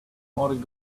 ought